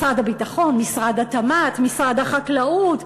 משרד הביטחון, משרד התמ"ת, משרד החקלאות,